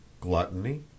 Gluttony